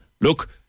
look